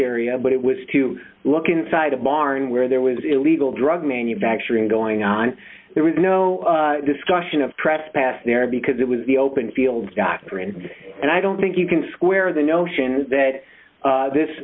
area but it was to look inside a barn where there was illegal drug manufacturing going on there was no discussion of trespass there because it was the open fields doctrine and i don't think you can square the notion that this